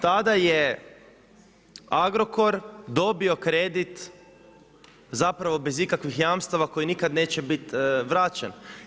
Tada je Agrokor dobio kredit zapravo bez ikakvih jamstava koje nikada neće biti vraćen.